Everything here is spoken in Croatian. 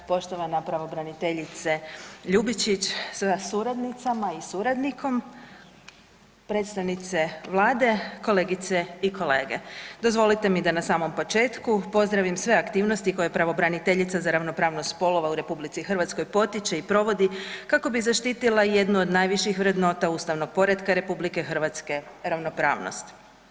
Poštovana pravobraniteljice Ljubičić sa suradnicama i suradnikom, predstavnice Vlade, kolegice i kolege dozvolite mi da na samom početku pozdravim sve aktivnosti koje pravobraniteljica za ravnopravnost spolova u RH potiče i provodi kako bi zaštitila jednu od najviših vrednota ustavnog poretka RH, ravnopravnost.